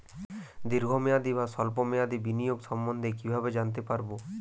দীর্ঘ মেয়াদি বা স্বল্প মেয়াদি বিনিয়োগ সম্বন্ধে কীভাবে জানতে পারবো?